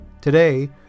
today